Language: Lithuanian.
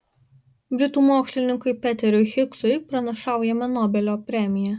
britų mokslininkui peteriui higsui pranašaujama nobelio premija